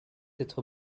être